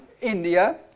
India